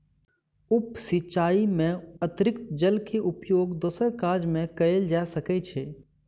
उप सिचाई में अतरिक्त जल के उपयोग दोसर काज में कयल जा सकै छै